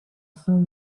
sol